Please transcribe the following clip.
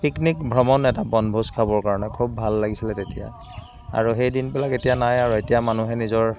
picnic ভ্ৰমণ এটা বনভোজ খাবৰ কাৰণে খুব ভাল লাগিছিলে তেতিয়া আৰু সেই দিনবিলাক এতিয়া নাই আৰু এতিয়া মানুহে নিজৰ